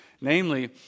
Namely